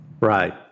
Right